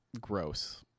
gross